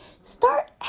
Start